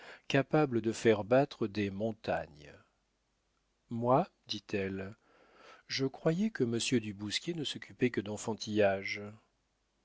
capable de faire battre des montagnes moi dit-elle je croyais que monsieur du bousquier ne s'occupait que d'enfantillages